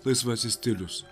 laisvasis stilius